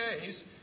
days